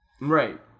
Right